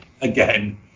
again